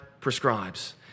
prescribes